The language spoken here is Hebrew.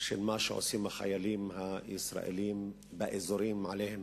של מה שעושים החיילים הישראלים באזורים שעליהם